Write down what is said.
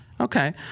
Okay